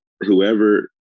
Whoever